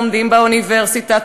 לומדים באוניברסיטה,